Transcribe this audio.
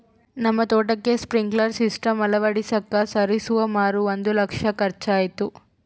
ನಮ್ಮ ತೋಟಕ್ಕೆ sprinkler system ಅಳವಡಿಸಕ ಸರಿಸುಮಾರು ಒಂದು ಲಕ್ಷ ಖರ್ಚಾಯಿತು